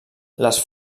les